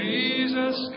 Jesus